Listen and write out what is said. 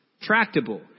tractable